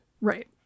Right